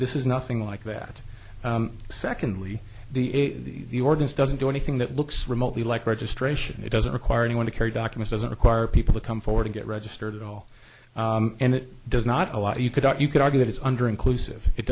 this is nothing like that secondly the ordinance doesn't do anything that looks remotely like registration it doesn't require anyone to carry document doesn't require people to come forward and get registered at all and it does not a lot you could you could argue that it's under inclusive it